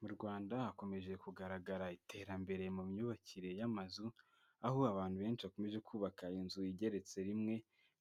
Mu Rwanda hakomeje kugaragara iterambere mu myubakire y'amazu, aho abantu benshi bakomeje kubaka inzu igeretse rimwe,